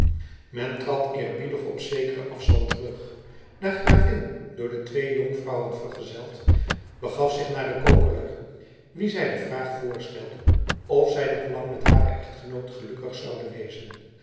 men trad eerbiedig op zekeren afstand terug de gravin door de twee jonkvrouwen vergezeld begaf zich naar den kokeler wien zij de vraag voorstelde of zij nog lang met haren echtgenoot gelukkig zoude wezen